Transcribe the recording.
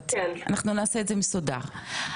אני עובדת זרה סבבה?